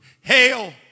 Hail